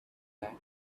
back